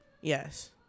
Yes